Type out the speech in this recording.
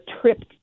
tripped